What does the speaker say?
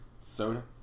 soda